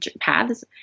paths